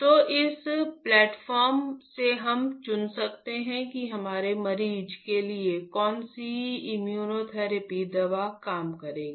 तो इस प्लेटफार्म से हम चुन सकते हैं कि हमारे मरीज के लिए कौन सी इम्यूनोथेरेपी दवा काम करेगी